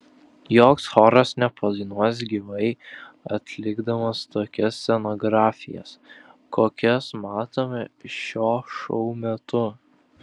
joks choras nepadainuos gyvai atlikdamas tokias scenografijas kokias matome šio šou metu